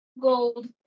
gold